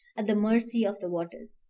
at the mercy of the waters.